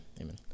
amen